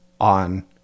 on